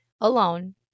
alone